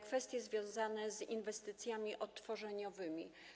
Kwestie związane z inwestycjami odtworzeniowymi.